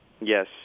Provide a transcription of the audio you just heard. Yes